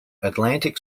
atlantic